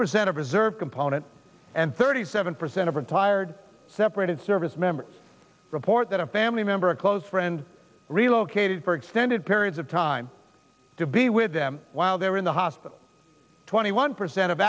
percent of reserve component and thirty seven percent of retired separated service members report that a family member a close friend relocated for extended periods of time to be with them while they're in the hospital twenty one percent of